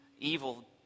evil